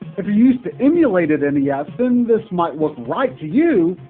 if you're used to emulated and yeah nes, then this might look right to you,